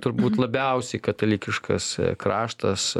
turbūt labiausiai katalikiškas kraštas